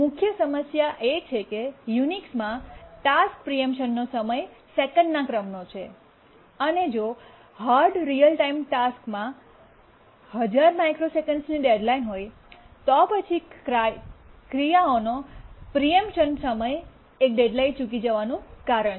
મુખ્ય સમસ્યા એ છે કે યુનિક્સમાં ટાસ્ક પ્રીમિશનનો સમય સેકન્ડના ક્રમનો છે અને જો હાર્ડ રીઅલ ટાઇમ ટાસ્કમાં 100 માઇક્રોસેકન્ડની ડેડ્લાઇન હોય તો પછી ક્રિયાઓનો પ્રિમીશનનો સમય એક ડેડલાઇન ચૂકી જવાનું કારણ છે